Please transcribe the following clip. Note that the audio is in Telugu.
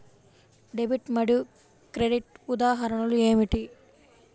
డెబిట్ మరియు క్రెడిట్ ఉదాహరణలు ఏమిటీ?